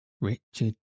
Richard